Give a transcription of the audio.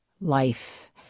life